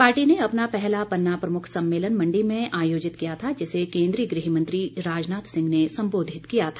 party ने अपना पहला पन्ना प्रमुख सम्मेलन मंडी में आयोजित किया था जिसे केन्द्रीय गृह मंत्री राजनाथ सिंह ने संबोधित किया था